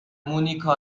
مونیکا